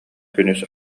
күнүс